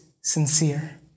sincere